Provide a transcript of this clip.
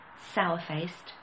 Sour-faced